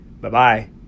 Bye-bye